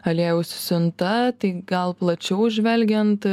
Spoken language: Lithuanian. aliejaus siunta tai gal plačiau žvelgiant